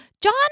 John